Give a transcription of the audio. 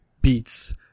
beats